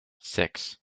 six